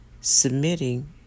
submitting